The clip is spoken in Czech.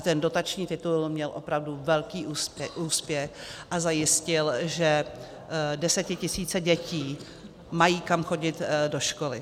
Ten dotační titul měl opravdu velký úspěch a zajistil, že desetitisíce dětí mají kam chodit do školy.